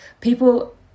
people